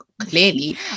clearly